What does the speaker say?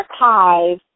Archive